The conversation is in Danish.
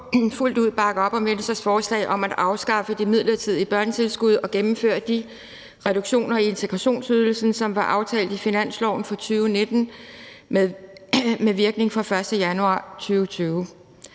fuldt ud bakke op om Venstres forslag om at afskaffe det midlertidige børnetilskud og gennemføre de reduktioner i integrationsydelsen, som var aftalt i finansloven for 2019 med virkning fra den 1. januar 2020.